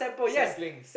sampling